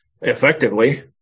effectively